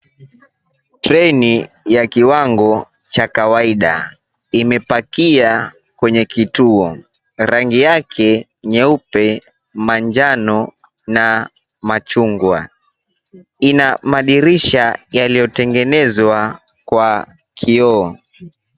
Train ya kiwango cha kawaida imepakia kwenye kituo, rangi yake nyeupe, manjano na machungwa. Ina madirisha yaliyotengenezwa kwa kioo.